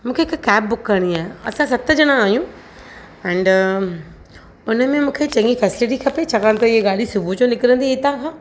मूंखे हिकु cab book करिणी आहे असां सत ॼणा आहियूं एंड उन में मूंखे चङी कस्टडी खपे छाकाणि त हीअ गाॾी सुबुह जो निकिरंदी हितां खां